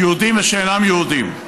יהודים ושאינם יהודים.